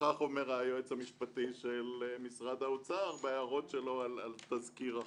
כך אומר היועץ המשפטי של משרד האוצר בהערותיו על תזכיר החוק: